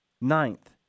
Ninth